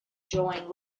join